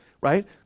right